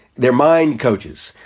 their mind coaches.